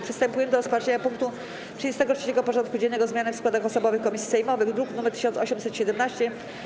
Przystępujemy do rozpatrzenia punktu 33. porządku dziennego: Zmiany w składach osobowych komisji sejmowych (druk nr 1817)